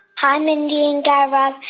hi, mindy and guy raz.